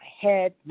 head